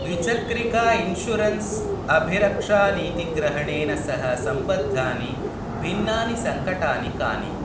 द्विचक्रिका इन्स्युरन्श् अभिरक्षा नीतिग्रहणेन सह सम्बद्धानि भिन्नानि सङ्कटानि कानि